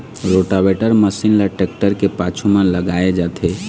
rotavator machine ल tractor के पाछू म लगाए जाथे